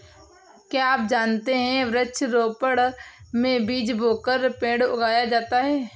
क्या आप जानते है वृक्ष रोपड़ में बीज बोकर पेड़ उगाया जाता है